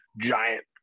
giant